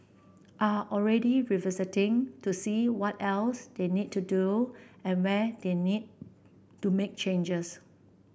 are already revisiting to see what else they need to do and where they need to make changes